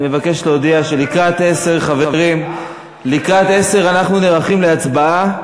אני מבקש להודיע שלקראת 22:00 אנחנו נערכים להצבעה.